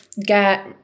get